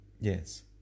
Yes